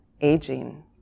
aging